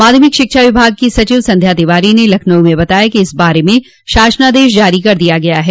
माध्यमिक शिक्षा विभाग की सचिव संध्या तिवारी ने लखनऊ में बताया कि इस बारे में शासनादेश जारी कर दिया है